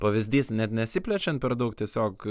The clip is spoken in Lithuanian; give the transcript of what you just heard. pavyzdys net nesiplečiant per daug tiesiog